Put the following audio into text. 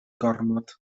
gormod